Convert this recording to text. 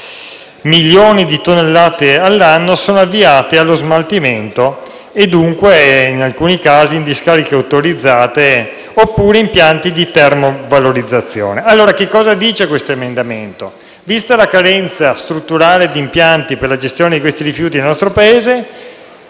milioni di tonnellate all'anno - viene avviato allo smaltimento e, dunque, in alcuni casi in discariche autorizzate, oppure in impianti di termovalorizzazione. Che cosa si propone con l'emendamento in oggetto? Vista la carenza strutturale di impianti per la gestione di questi rifiuti nel nostro Paese,